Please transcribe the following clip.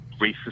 racist